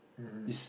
mmhmm